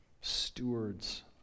stewards